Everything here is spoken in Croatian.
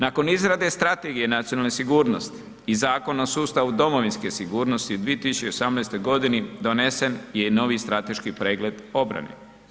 Nakon izrade strategije nacionalne sigurnosti i Zakona o sustavu domovinske sigurnosti, u 2018. g. donesen ej i novi strateški pregled obrane.